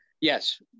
Yes